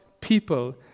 people